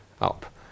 up